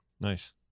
nice